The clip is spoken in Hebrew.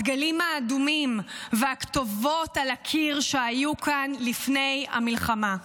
הדגלים האדומים והכתובות על הקיר שהיו כאן לפני המלחמה.